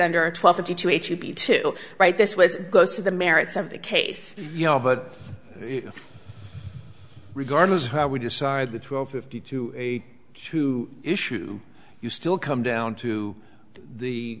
under twelve fifty two eighty two right this was goes to the merits of the case you know but regardless of how we decide the twelve fifty two a two issue you still come down to the